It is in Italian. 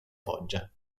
foggia